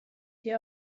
die